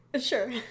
Sure